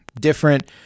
different